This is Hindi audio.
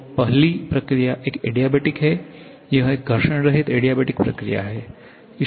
तो पहली प्रक्रिया एक एडियाबेटिक है यह एक घर्षण रहित एडियाबेटिक प्रक्रिया है